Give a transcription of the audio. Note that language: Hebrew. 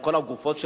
עם כל הגופות שרואים,